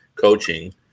coaching